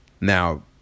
Now